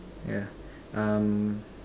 yeah um